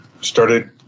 started